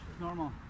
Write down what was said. normal